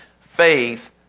faith